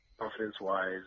Confidence-wise